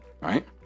right